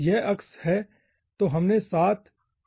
तो यह अक्ष है तो हमने 7 3 अक्ष को देखा है